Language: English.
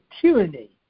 tyranny